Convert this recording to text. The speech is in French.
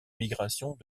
migrations